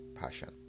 passion